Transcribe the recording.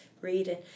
reading